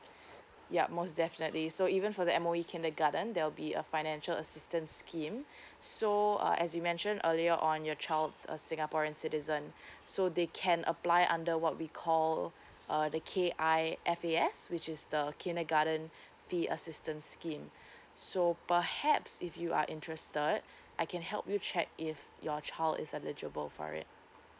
yup most definitely so even for the M_O_E kindergarten there'll be a financial assistance scheme so uh as you mentioned earlier on your child's a singaporean citizen so they can apply under what we call uh the K_I_F_A_S which is the kindergarten fee assistance scheme so perhaps if you are interested I can help you check if your child is eligible for it